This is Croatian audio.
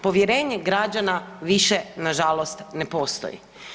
Povjerenje građana više nažalost ne postoji.